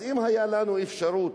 אם היתה לנו אפשרות